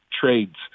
trades